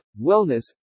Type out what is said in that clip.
wellness